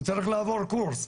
לעבור קורס,